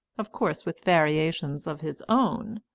of course with variations of his own.